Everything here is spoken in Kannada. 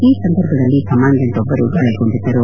ಈ ಸಂದರ್ಭದಲ್ಲಿ ಕಮಾಂಡೆಂಟ್ ಒಬ್ಲರು ಗಾಯಗೊಂಡಿದ್ದರು